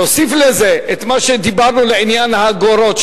תוסיף לזה את מה שדיברנו בעניין האגורות,